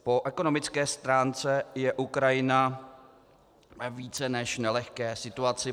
Po ekonomické stránce je Ukrajina ve více než nelehké situaci.